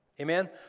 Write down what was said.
Amen